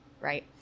right